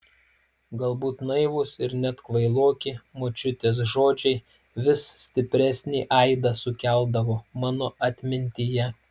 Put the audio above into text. galbūt naivūs ir net kvailoki močiutės žodžiai vis stipresnį aidą sukeldavo mano atmintyje